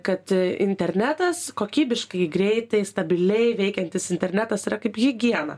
kad internetas kokybiškai greitai stabiliai veikiantis internetas yra kaip higiena